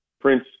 Prince